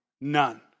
none